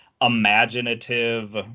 imaginative